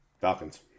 Falcons